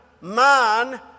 man